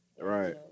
Right